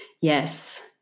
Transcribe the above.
yes